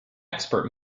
expert